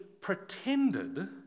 pretended